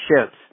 ships